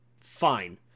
Fine